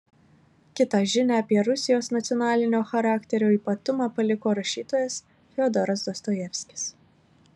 kitą žinią apie rusijos nacionalinio charakterio ypatumą paliko rašytojas fiodoras dostojevskis